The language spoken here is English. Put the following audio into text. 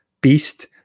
beast